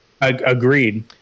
agreed